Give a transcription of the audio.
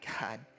God